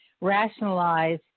rationalize